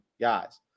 guys